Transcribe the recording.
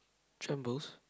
trembles